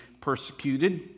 persecuted